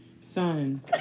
Son